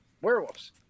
werewolves